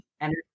energy